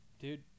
Dude